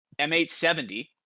M870